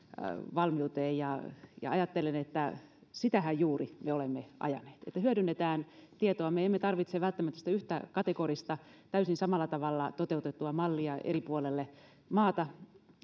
valmiuteen ajattelen että juuri sitähän me olemme ajaneet että hyödynnetään tietoa me emme tarvitse välttämättä yhtä kategorista täysin samalla tavalla toteutettua mallia ja kieltoa eri puolille maata